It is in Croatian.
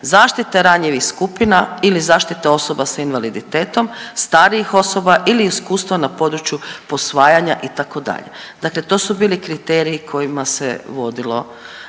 zaštite ranjivih skupina ili zaštite osoba s invaliditetom, starijih osoba ili iskustva na području posvajanja itd., dakle to su bili kriteriji kojima se vodilo